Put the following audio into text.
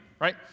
right